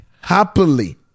happily